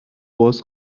باز